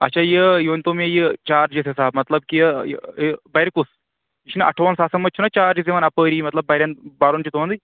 اچھا یہِ ؤنۍ تو مےٚ یہِ چارجِس حِساب مطلب کہِ یہِ بَرِ کُس یہِ چھُنہٕ اَٹھووُہَن ساسَن منٛز چھُنا چارجِز یِوَان اَپٲری مطلب بَرن بَرُن چھُ تُہنٛدٕے